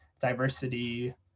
diversity